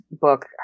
book